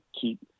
keep